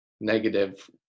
negative